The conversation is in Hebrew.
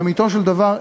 לאמיתו של דבר,